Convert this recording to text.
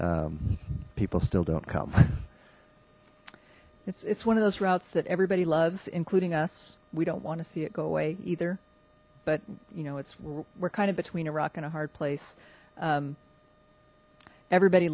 do people still don't come it's it's one of those routes that everybody loves including us we don't want to see it go away either but you know it's we're kind of between a rock and a hard place everybody